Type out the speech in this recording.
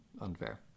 unfair